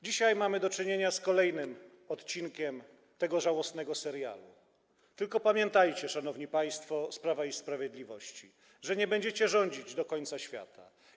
Dzisiaj mamy do czynienia z kolejnym odcinkiem tego żałosnego serialu, tylko pamiętajcie, szanowni państwo z Prawa i Sprawiedliwości, że nie będziecie rządzić do końca świata.